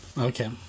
Okay